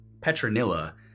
Petronilla